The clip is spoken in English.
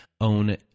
own